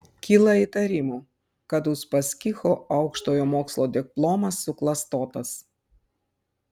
kyla įtarimų kad uspaskicho aukštojo mokslo diplomas suklastotas